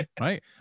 right